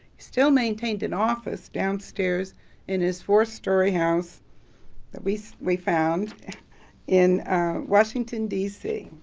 still maintained an office downstairs in his four-story house that we so we found in washington, d c.